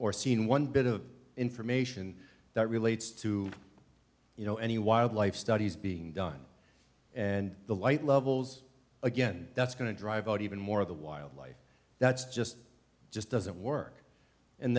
or seen one bit of information that relates to you know any wildlife studies being done and the light levels again that's going to drive out even more of the wildlife that's just just doesn't work and